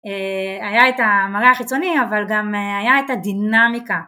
אה.. היה את המראה החיצוני אבל גם היה את הדינמיקה